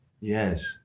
Yes